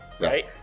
right